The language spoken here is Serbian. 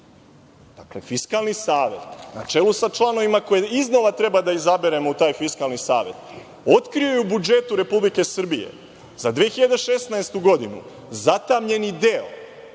Dakle, Fiskalni savet, na čelu sa članovima koje iznova treba da izaberemo u taj Fiskalni savet, otkrio je u budžetu Republike Srbije za 2016. godinu zatamnjeni deo